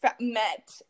met